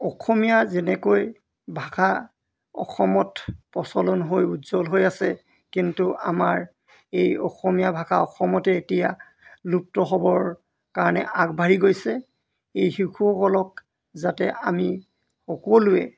অসমীয়া যেনেকৈ ভাষা অসমত প্ৰচলন হৈ উজ্জ্বল হৈ আছে কিন্তু আমাৰ এই অসমীয়া ভাষা অসমতে এতিয়া লুপ্ত হ'বৰ কাৰণে আগবাঢ়ি গৈছে এই শিশুসকলক যাতে আমি সকলোৱে